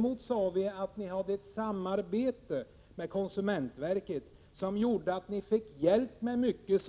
Men jag sade att de har ett samarbete med konsumentverket som gör att de får hjälp med mycket,